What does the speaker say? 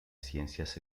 ciencias